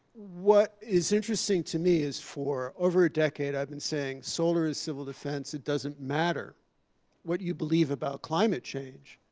what is interesting to me is for over a decade i've been saying, solar is civil defense. it doesn't matter what you believe about climate change.